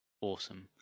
awesome